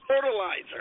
fertilizer